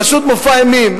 פשוט מופע אימים.